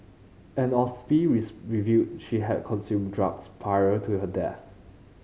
an autopsy revealed she had consumed drugs prior to her death